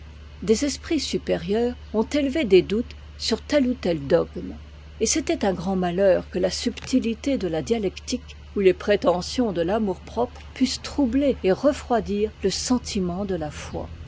des esprits supérieurs ont élevé des doutes sur tel ou tel dogme et c'était un grand malheur que la subtilité de la dialectique ou les prétentions de l'amour-propre pussent troubler et refroidir le sentiment de la foi